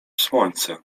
słońce